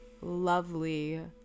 lovely